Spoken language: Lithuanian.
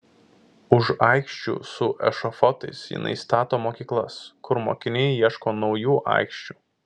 už aikščių su ešafotais jinai stato mokyklas kur mokiniai ieško naujų aikščių